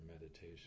meditation